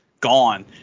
gone